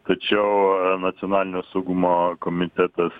tačiau nacionalinio saugumo komitetas